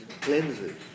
cleanses